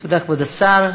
תודה, כבוד השר.